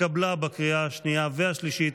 התקבלה בקריאה השנייה והשלישית,